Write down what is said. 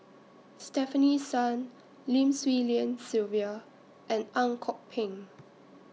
Stefanie Sun Lim Swee Lian Sylvia and Ang Kok Peng